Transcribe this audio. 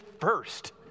first